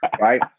right